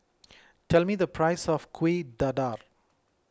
tell me the price of Kuih Dadar